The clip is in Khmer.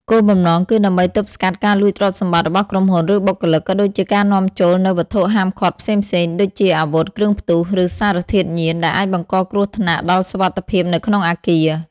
គោលបំណងគឺដើម្បីទប់ស្កាត់ការលួចទ្រព្យសម្បត្តិរបស់ក្រុមហ៊ុន ឬបុគ្គលិក ក៏ដូចជាការនាំចូលនូវវត្ថុហាមឃាត់ផ្សេងៗ ដូចជាអាវុធ គ្រឿងផ្ទុះ ឬសារធាតុញៀន ដែលអាចបង្កគ្រោះថ្នាក់ដល់សុវត្ថិភាពនៅក្នុងអគារ។